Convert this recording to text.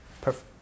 perfect